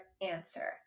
answer